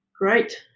great